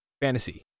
fantasy